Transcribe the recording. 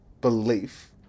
belief